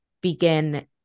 begin